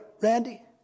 Randy